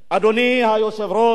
אדוני היושב-ראש,